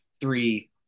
three